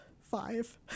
five